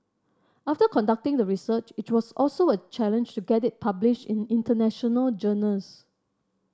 after conducting the research it was also a challenge to get it published in international journals